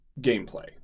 gameplay